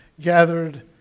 gathered